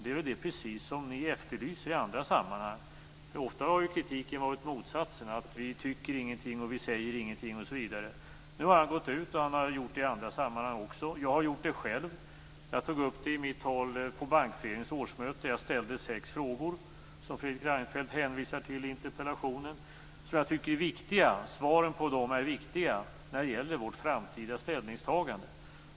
Det är precis det som ni efterlyser i andra sammanhang. Ofta har ju kritiken varit motsatsen, nämligen att vi inte tycker någonting eller säger någonting. Nu har statsministern gått ut här och i andra sammanhang och sagt någonting. Jag har gjort det själv. Jag tog upp detta i mitt tal på Bankföreningens årsmöte. Jag ställde sex frågor, som Fredrik Reinfeldt hänvisar till i interpellationen, som jag tycker är viktiga. Svaren på dem är viktiga när det gäller vårt framtida ställningstagande.